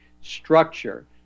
structure